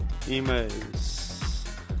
emails